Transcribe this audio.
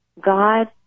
God